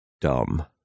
dumb